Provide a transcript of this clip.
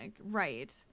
right